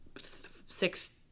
six